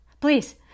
Please